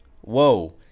whoa